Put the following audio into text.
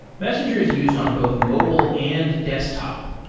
messengers used on both mobile and desktop,